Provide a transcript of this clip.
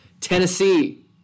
Tennessee